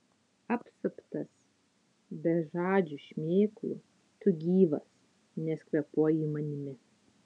apsuptas bežadžių šmėklų tu gyvas nes kvėpuoji manimi